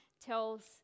tells